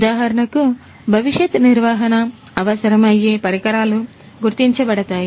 ఉదాహరణకు భవిష్యత్తు నిర్వహణ అవసరం అయ్యే పరికరాలు గుర్తించబడతాయి